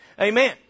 Amen